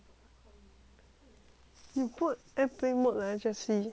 you put airplane mode leh jessie